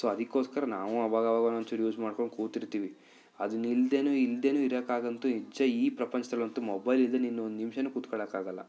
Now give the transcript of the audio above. so ಅದಕ್ಕೋಸ್ಕರ ನಾವು ಆವಾಗಾವಾಗ ಒಂದೊಂದು ಚೂರು ಯೂಸ್ ಮಾಡ್ಕೊಂಡು ಕೂತಿರ್ತೀವಿ ಅದನ್ನು ಇಲ್ದೇಯು ಇಲ್ದೇಯು ಇರಕಾಗಂತು ನಿಜ ಈ ಪ್ರಪಂಚ್ದಲ್ಲಿ ಅಂತು ಮೊಬೈಲ್ ಇಲ್ದೇ ನೀನು ಒಂದು ನಿಮಿಷವು ಕೂತ್ಕೊಳೋಕಾಗೋಲ್ಲ